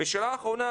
שאלה אחרונה.